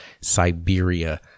Siberia